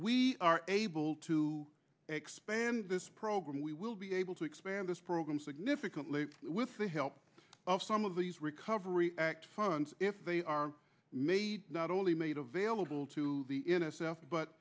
we are able to expand this program we will be able to expand this program significantly with the help of some of these recovery act funds if they are made not only made available to the in s f but